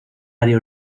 área